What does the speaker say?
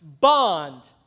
bond